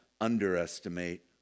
underestimate